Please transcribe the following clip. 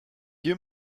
you